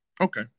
Okay